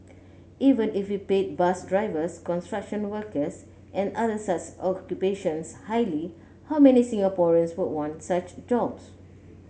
even if we paid bus drivers construction workers and other such occupations highly how many Singaporeans would want such jobs